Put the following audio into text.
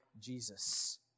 Jesus